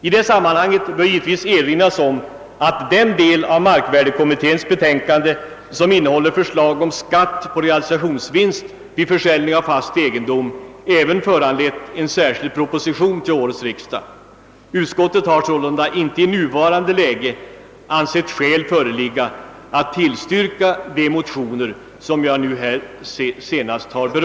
I detta sammanhang bör det givetvis erinras om att den del av markvärdekommitténs betänkande som innehåller förslag om skatt på realisationsvinst vid försäljning av fast egendom även föranlett en särskild proposition till årets riksdag. Utskottet har därför i nuvarande läge inte ansett skäl föreligga att tillstyrka de motioner som jag nu senast berört.